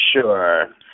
Sure